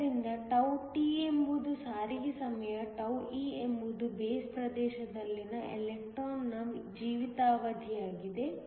ಆದ್ದರಿಂದ τt ಎಂಬುದು ಸಾರಿಗೆ ಸಮಯ τe ಎಂಬುದು ಬೇಸ್ ಪ್ರದೇಶದಲ್ಲಿನ ಎಲೆಕ್ಟ್ರಾನ್ನ ಜೀವಿತಾವಧಿಯಾಗಿದೆ